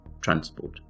transport